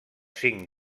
cinc